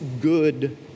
good